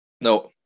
no